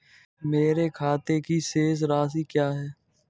मेरे खाते की शेष राशि क्या है?